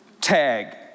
Tag